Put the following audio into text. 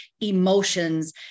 emotions